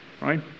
Right